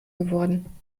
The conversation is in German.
geworden